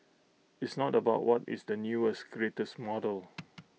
it's not about what is the newest greatest model